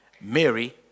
Mary